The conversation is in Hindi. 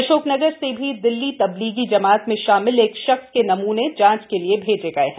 अशोकनगर से भी दिल्ली तब्लीगी जमात में शामिल एक शख्स के नमूने जांच के लिए भेजे गए हैं